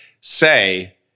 Say